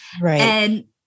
right